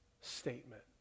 statement